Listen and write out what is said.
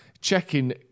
checking